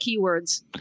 keywords